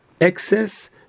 excess